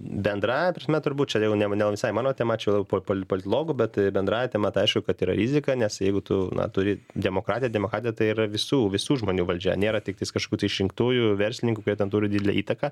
bendrąja prasme turbūt čia jau ne ne visai mano tema čia labiau po poli politlogų bet bendrąja tema ta aišku kad yra rizika nes jeigu tu turi demokratiją demokratija tai yra visų visų žmonių valdžia nėra tiktais kaškių tai išrinktųjų verslininkų kurie ten turi didelę įtaką